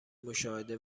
مشاهده